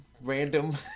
random